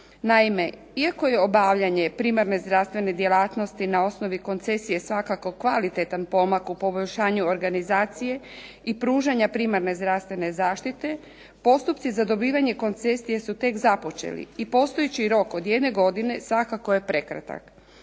Naime, iako je obavljanje primarne zdravstvene djelatnosti na osnovi koncesije svakako kvalitetan pomak u poboljšanju organizacije i pružanja primarne zdravstvene zaštite postupci za dobivanje koncesije su tek započeli i postojeći rok od jedne godine svakako je prekratak.